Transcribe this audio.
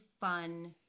fun